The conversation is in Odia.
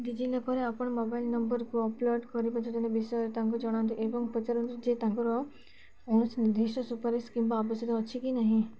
ଡି ଜି ଲକର୍ରେ ଆପଣ ମୋବାଇଲ ନମ୍ବରକୁ ଅପଲୋଡ଼୍ କରିବା ଯୋଜନା ବିଷୟରେ ତାଙ୍କୁ ଜଣାନ୍ତୁ ଏବଂ ପଚାରନ୍ତୁ ଯେ ତାଙ୍କର କୌଣସି ନିର୍ଦ୍ଧିଷ୍ଟ ସୁପାରିଶ କିମ୍ବା ଆବଶ୍ୟକ ଅଛି କି ନାହିଁ